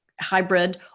hybrid